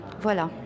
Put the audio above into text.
Voilà